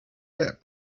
get